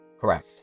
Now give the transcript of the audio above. correct